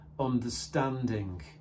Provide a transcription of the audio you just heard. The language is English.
understanding